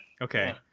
Okay